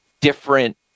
different